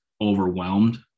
overwhelmed